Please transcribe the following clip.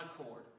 accord